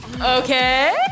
Okay